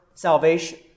salvation